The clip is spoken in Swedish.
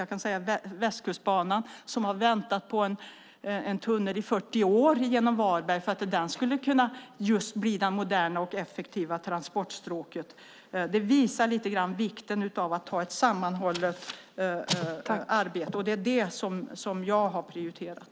Jag kan nämna Västkustbanan som har väntat på en tunnel genom Varberg i 40 år för att den ska kunna bli ett modernt och effektivt transportstråk. Det visar lite grann vikten av att ha ett sammanhållet arbete, och det är det jag har prioriterat.